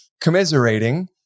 commiserating